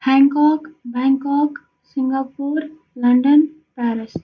hancock Bangkok Singapore London Paris